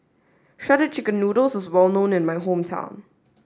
shredded chicken noodles is well known in my hometown